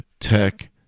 tech